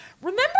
Remember